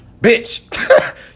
bitch